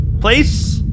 place